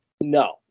No